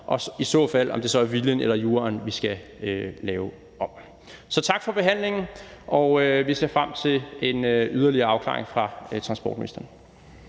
det i så fald så er viljen eller juraen, vi skal lave om. Så tak for behandlingen. Vi ser frem til en yderligere afklaring fra transportministeren.